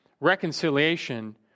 reconciliation